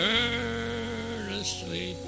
earnestly